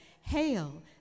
Hail